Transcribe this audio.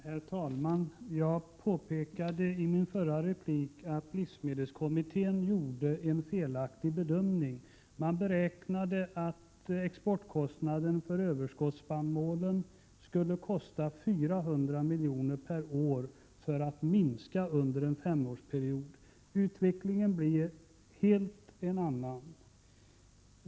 Herr talman! Jag påpekade i min förra replik att livsmedelskommittén gjorde en felaktig bedömning. Man beräknade att exportkostnaderna för överskottsspannmålen skulle vara 400 miljoner per år för att sedan minska under en femårsperiod. Utvecklingen blev en helt annan.